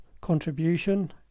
contribution